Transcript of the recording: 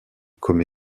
comme